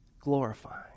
glorifying